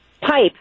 Pipe